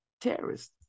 Terrorists